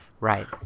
Right